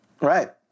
Right